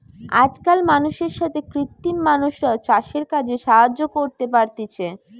আজকাল মানুষের সাথে কৃত্রিম মানুষরাও চাষের কাজে সাহায্য করতে পারতিছে